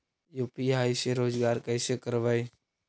UPI से रोजगार कैसे करबय?